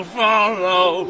follow